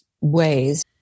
ways